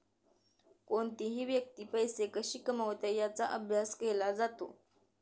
कोणतीही व्यक्ती पैसे कशी कमवते याचा अभ्यास केला जातो